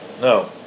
No